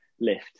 lift